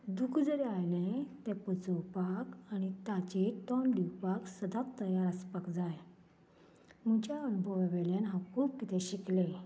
दूख जर आयलें तें पचोवपाक ताचेर तोंड दिवपाक सदांच तयार आसपाक जाय आमच्या अणभवा वेल्यान हांव खूब किदें शिकलें